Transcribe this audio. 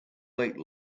weight